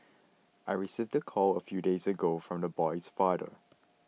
I received the call a few days ago from the boy's father